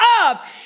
up